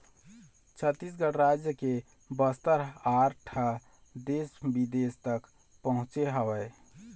छत्तीसगढ़ राज के बस्तर आर्ट ह देश बिदेश तक पहुँचे हवय